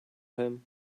him